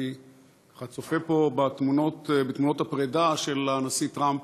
אני צופה פה בתמונות הפרידה של הנשיא טראמפ,